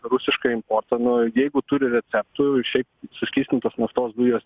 rusišką importą nu jeigu turi receptų ir šiaip suskystintos naftos dujos